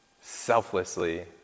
selflessly